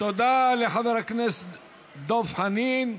תודה לחבר הכנסת דב חנין.